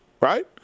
right